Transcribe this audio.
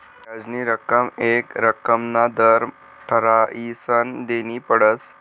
याजनी रक्कम येक रक्कमना दर ठरायीसन देनी पडस